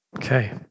Okay